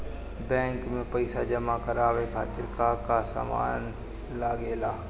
Bank में पईसा जमा करवाये खातिर का का सामान लगेला?